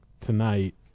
tonight